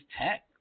Tech